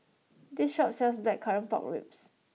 this shop sells Blackcurrant Pork Ribs